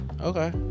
Okay